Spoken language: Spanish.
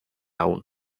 aún